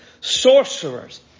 sorcerers